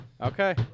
okay